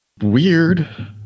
weird